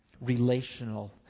relational